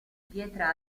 pietra